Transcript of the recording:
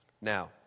Now